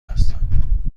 هستم